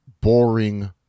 boring